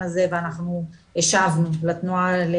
הזה ואנחנו השבנו לתנועה לאיכות השלטון.